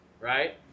right